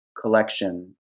collection